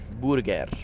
burger